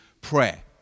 prayer